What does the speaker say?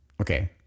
Okay